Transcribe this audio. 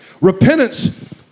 Repentance